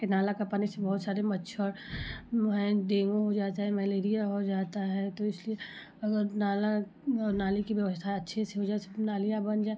ये नाला का पानी से बहुत सारे मच्छर है डेंगू हो जाता है मलेरिया हो जाता है तो इसलिए अगर नाला नाली की व्यवस्था अच्छे से हो जाए सिर्फ नालियाँ बन जाएँ